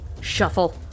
shuffle